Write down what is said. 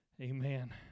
Amen